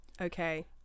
Okay